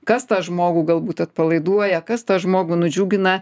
kas tą žmogų galbūt atpalaiduoja kas tą žmogų nudžiugina